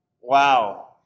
Wow